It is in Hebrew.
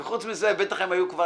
וחוץ מזה, בטח הם היו כבר